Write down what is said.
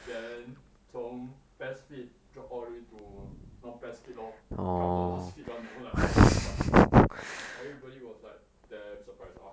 then 从 PES fit drop all the way to non PES fit lor become the last fit one you know like damn funny everybody was like damn surprise lah